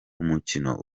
umukino